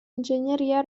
ingegneria